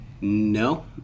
no